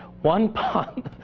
one pot